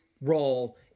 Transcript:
role